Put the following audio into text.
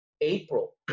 April